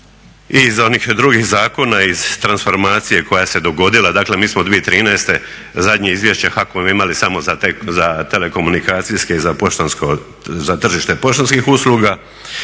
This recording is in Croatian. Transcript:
i iz onih drugih zakona, iz transformacije koja se dogodila. Dakle, mi smo 2013. zadnje izvješće HAKOM-a imali samo za telekomunikacijske i za poštansko, za tržište poštanskih usluga.